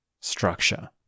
structure